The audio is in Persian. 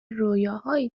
رویاهایی